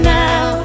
now